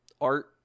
art